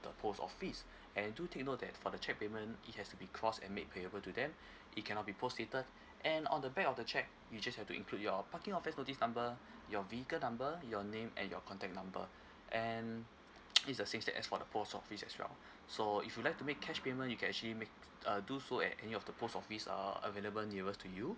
the post office and two things to know that for the check payment it has to be crossed and made payable to them it cannot be prostrated and on the back of the check you just have to include your parking offence notice number your vehicle number your name and your contact number and it's the same steps as for the post office as well so if you'd like to make cash payment you can actually make uh do so at any of the post office uh available nearest to you